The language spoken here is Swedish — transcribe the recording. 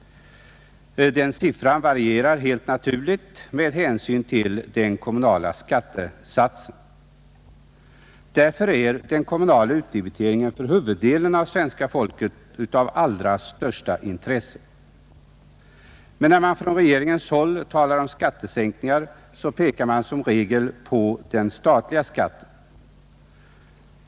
Förhållandena varierar helt naturligt med hänsyn till den kommunala skattesatsen men för huvuddelen av svenska folket är den kommunala utdebiteringen av allra största intresse. När man på regeringshåll talar om skattesänkningar pekar man emellertid som regel på den statliga skatten.